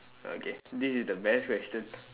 okay this is the best question